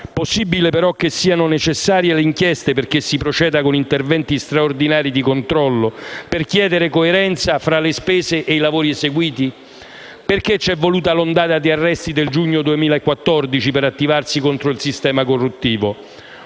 Possibile, però, che siano necessarie le inchieste perché si proceda con interventi straordinari di controllo, per chiedere coerenza fra spese e lavori eseguiti? Perché c'è voluta l'ondata di arresti del giugno 2014 per attivarsi contro il sistema corruttivo?